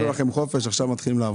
למיטב הבנתי, זה מה שגם יקרה.